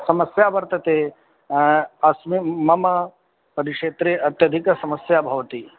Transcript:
समस्या वर्तते अस्मिन् मम परिक्षेत्रे अत्यधिकसमस्या भवति